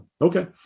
Okay